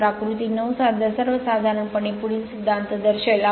तर आकृती 9 सर्वसाधारणपणे पुढील सिद्धांत दर्शवेल